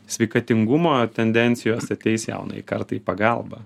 sveikatingumo tendencijos ateis jaunajai kartai į pagalbą